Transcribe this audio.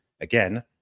Again